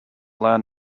land